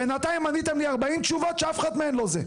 בנתיים עניתם לי 40 תשובות שאף אחד לא זה.